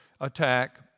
attack